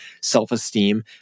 self-esteem